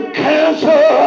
cancer